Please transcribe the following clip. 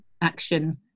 action